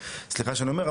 סליחה שאני אומר,